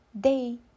day